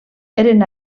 eren